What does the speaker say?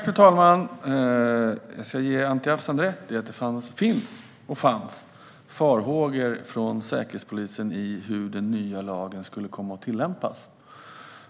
Fru talman! Jag ska ge Anti Avsan rätt i att det finns och fanns farhågor från Säkerhetspolisen när det gäller hur den nya lagen skulle komma att tillämpas.